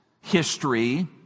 history